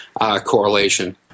correlation